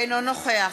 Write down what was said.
אינו נוכח